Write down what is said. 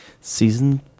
Season